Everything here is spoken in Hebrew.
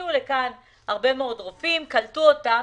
הגיעו לכאן הרבה מאוד רופאים וקלטו אותם.